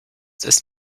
ist